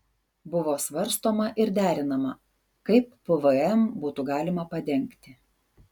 buvo svarstoma ir derinama kaip pvm būtų galima padengti